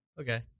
Okay